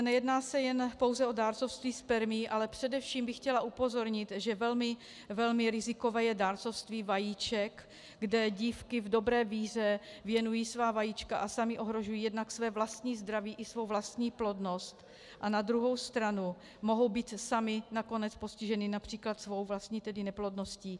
Nejedná se pouze o dárcovství spermií, ale především bych chtěla upozornit, že velmi rizikové je dárcovství vajíček, kde dívky v dobré víře věnují svá vajíčka a samy ohrožují jednak své vlastní zdraví i svou vlastní plodnost a na druhou stranu mohou být samy nakonec postiženy například svou vlastní neplodností.